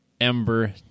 Ember